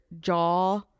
jaw